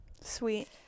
Sweet